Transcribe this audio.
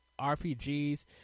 RPGs